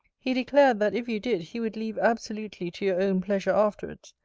he declared, that if you did, he would leave absolutely to your own pleasure afterwards,